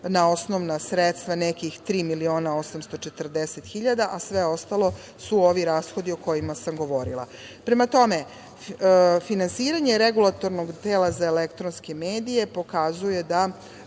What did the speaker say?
na osnovna sredstva nekih tri miliona 840 hiljada, a sve ostalo su ovi rashodi o kojima sam govorila. Prema tome, finansiranje Regulatornog tela za elektronske medije pokazuje da